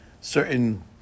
certain